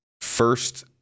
first